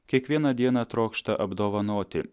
kiekvieną dieną trokšta apdovanoti